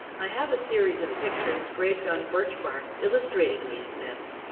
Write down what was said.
i have a series of pictures scraped on birch-bark illustrating these myths,